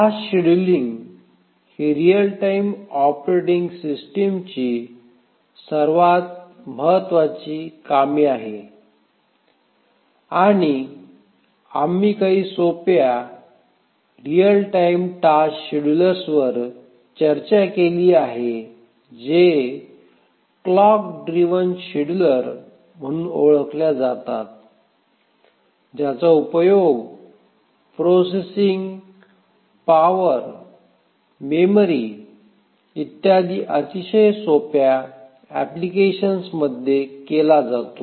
task scheduling हे real time operating सिस्टमची सर्वात महत्वाची कामे आहे आणि आम्ही काही सोप्या रीअल टाईम टास्क शेड्युलर्सवर चर्चा केली आहे जे क्लॉक ड्ड्रिव्हन शेड्युलर म्हणून ओळखल्या जातात ज्याचा उपयोग प्रोसेसिंग पॉवर मेमरी इत्यादी अतिशय सोप्या अप्लिकेशन्समध्ये केला जातो